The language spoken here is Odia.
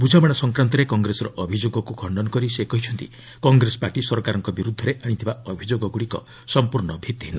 ବୁଝାମଣା ସଂକ୍ରାନ୍ତରେ କଂଗ୍ରେସର ଅଭିଯୋଗକୁ ଖଣ୍ଡନ କରି ସେ କହିଛନ୍ତି କଂଗ୍ରେସ ପାର୍ଟି ସରକାରଙ୍କ ବିରୁଦ୍ଧରେ ଆଣିଥିବା ଅଭିଯୋଗଗୁଡ଼ିକ ସମ୍ପର୍ଷ୍ଣ ଭିତ୍ତିହୀନ